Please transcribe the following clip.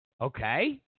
Okay